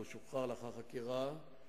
והוא שוחרר לאחר חקירה,